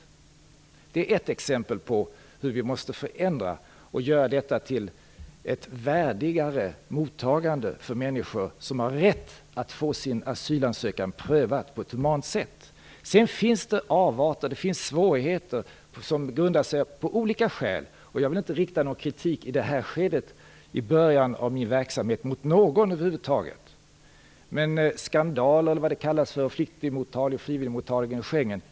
Detta är ett exempel på att vi måste genomföra en förändring så att det blir ett värdigare mottagande för de människor som har rätt att få sin asylansökan prövad på ett humant sätt. Sedan finns det avarter och svårigheter som grundar sig på olika saker. I det här skedet, i början av min verksamhet, vill jag över huvud taget inte rikta någon kritik mot någon.